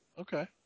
Okay